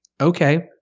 okay